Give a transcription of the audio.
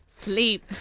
Sleep